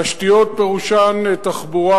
תשתיות פירושן תחבורה,